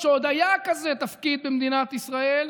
כשעוד היה כזה תפקיד במדינת ישראל,